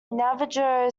navajo